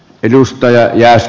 arvoisa puhemies